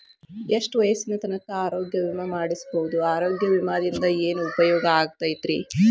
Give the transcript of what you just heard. ಎಷ್ಟ ವಯಸ್ಸಿನ ತನಕ ಆರೋಗ್ಯ ವಿಮಾ ಮಾಡಸಬಹುದು ಆರೋಗ್ಯ ವಿಮಾದಿಂದ ಏನು ಉಪಯೋಗ ಆಗತೈತ್ರಿ?